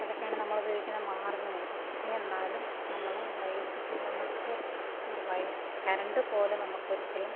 അതൊക്കെയാണ് നമ്മളുപയോഗിക്കുന്ന മാർഗ്ഗങ്ങള് പക്ഷേ എന്നാലും നമ്മള് വൈദ്യുതി നമുക്ക് വൈ കറണ്ട് പോലെ നമുക്കൊരിക്കലും